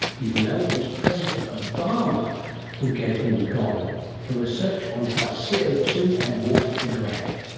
even though it was president ah obama who gave him the gong, for research on how c o two and water interact.